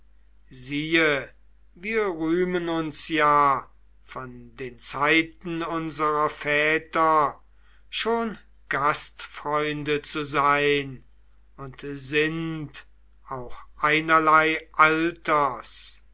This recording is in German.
siehe wir rühmen uns ja von den zeiten unserer väter schon gastfreunde zu sein und sind auch einerlei alters